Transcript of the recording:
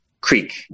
Creek